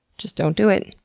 just don't do it.